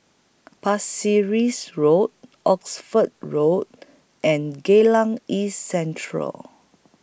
Pasir Ris Road Oxford Road and Geylang East Central